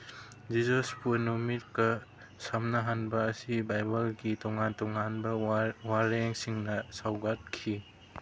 ꯖꯤꯖꯁꯄꯨ ꯅꯨꯃꯤꯠꯀ ꯁꯝꯅꯍꯟꯕ ꯑꯁꯤ ꯕꯥꯏꯕꯜꯒꯤ ꯇꯣꯉꯥꯟ ꯇꯣꯉꯥꯟꯕ ꯋꯥꯔꯦꯡꯁꯤꯡꯅ ꯁꯧꯒꯠꯈꯤ